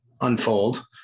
unfold